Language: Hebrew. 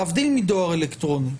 להבדיל מדואר אלקטרוני,